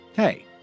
Hey